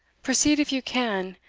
proceed, if you can,